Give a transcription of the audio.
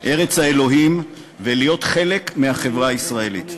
ארץ האלוהים, ולהיות חלק מהחברה הישראלית.